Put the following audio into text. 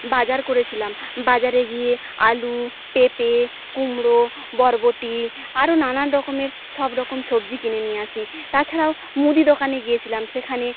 বাজার করেছিলাম বাজারে গিয়ে আলু পেঁপে কুমড়ো বরবটি আরো নানান রকমের সব রকম সব্জি কিনে নিয়ে আসি তাছাড়াও মুদি দোকানে গিয়েছিলাম সেখানে